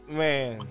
man